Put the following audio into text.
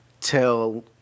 tell